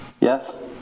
Yes